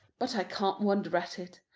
but i can't wonder at it.